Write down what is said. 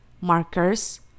Markers